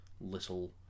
little